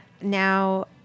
now